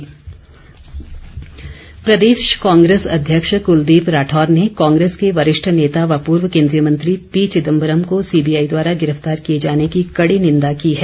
कुलदीप राठौर प्रदेश कांग्रेस अध्यक्ष क्लदीप राठौर ने कांग्रेस के वरिष्ठ नेता व पूर्व केन्द्रीय मंत्री पी चिदंबरम को सीबीआई द्वारा गिरफतार किए जाने की कड़ी निंदा की है